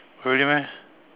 really meh